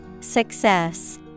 Success